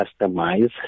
Customize